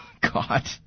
God